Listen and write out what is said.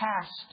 past